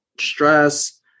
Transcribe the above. stress